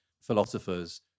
philosophers